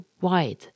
wide